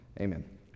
amen